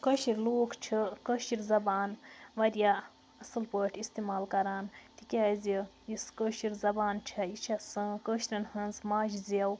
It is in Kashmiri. کٲشِرۍ لوٗکھ چھِ کٲشِر زَبان واریاہ اصٕل پٲٹھۍ استعمال کَران تِکیٛازِ یۄس کٲشِر زَبان چھِ یہِ چھِ سٲن کٲشریٚن ہنٛز ماجہِ زیٚو